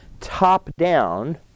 top-down